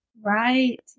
Right